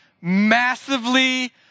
massively